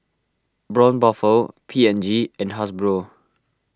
Braun Buffel P and G and Hasbro